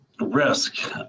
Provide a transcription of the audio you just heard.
Risk